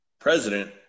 president